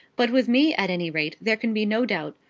but with me at any rate there can be no doubt.